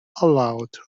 aloud